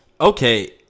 Okay